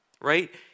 Right